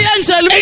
Angel